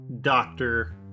doctor